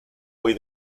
hoy